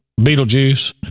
Beetlejuice